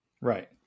Right